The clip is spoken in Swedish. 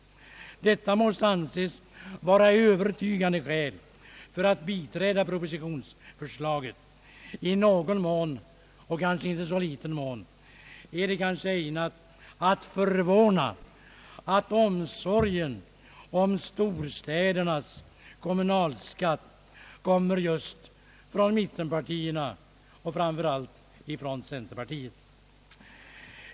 Detta måste anses vara övertygande skäl för att biträda propositionsförslaget. I kanske inte så liten mån är det ägnat att förvåna att omsorgen om storstädernas kommunalskatt kommer just från mittenpartierna och framför allt från centerpartiet.